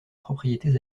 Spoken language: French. propriétés